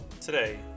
Today